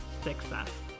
success